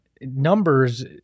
numbers